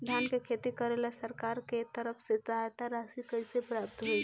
धान के खेती करेला सरकार के तरफ से सहायता राशि कइसे प्राप्त होइ?